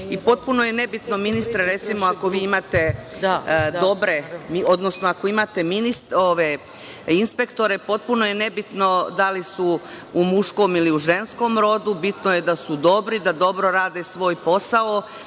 i potpuno je ne bitno, ministre, ako vi imate dobre, odnosno ako imate inspektore, potpuno je ne bitno da li su u muškom ili ženskom rodu. Bitno je da su dobri, da dobro rade svoj posao